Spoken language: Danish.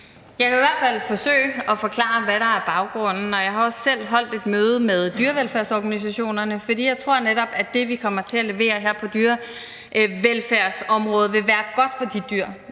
Jeg kan i hvert fald forsøge at forklare, hvad der er baggrunden. Jeg har også selv holdt et møde med dyrevelfærdsorganisationerne, fordi jeg netop tror, at det, vi kommer til at levere her på dyrevelfærdsområdet, vil være godt for de dyr,